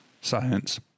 Science